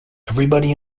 everybody